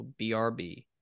BRB